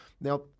Now